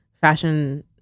fashion